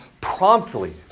promptly